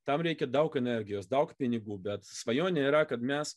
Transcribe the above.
tam reikia daug energijos daug pinigų bet svajonė yra kad mes